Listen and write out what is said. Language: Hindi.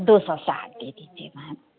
दो सौ साठ दे दीजिए मैम